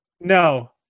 no